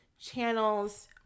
channels